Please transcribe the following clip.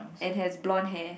and have blonde hair